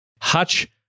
Hutch